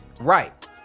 Right